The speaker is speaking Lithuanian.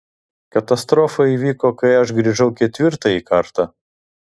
katastrofa įvyko kai aš grįžau ketvirtąjį kartą